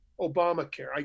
Obamacare